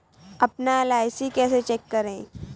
अपना एल.आई.सी कैसे चेक करें?